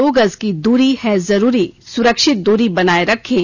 दो गज की दूरी है जरूरी सुरक्षित दूरी बनाए रखें